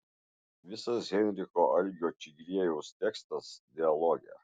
visas henriko algio čigriejaus tekstas dialoge